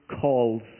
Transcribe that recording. calls